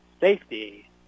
safety